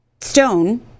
stone